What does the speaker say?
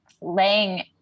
laying